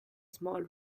small